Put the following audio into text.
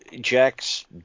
Jack's